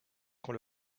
qu’on